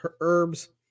herbs